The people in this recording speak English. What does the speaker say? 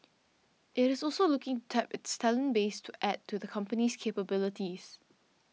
it is also looking tap its talent base to add to the company's capabilities